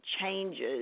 changes